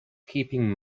keeping